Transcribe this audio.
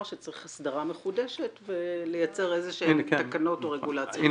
שצריך הסדרה מחודשת ולייצר איזה שהן תקנות או רגולציה.